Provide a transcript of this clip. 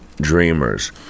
dreamers